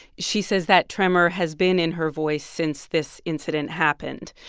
she says that tremor has been in her voice since this incident happened.